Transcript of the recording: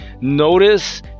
Notice